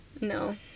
No